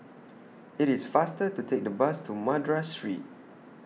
IT IS faster to Take The Bus to Madras Street